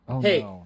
Hey